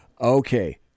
Okay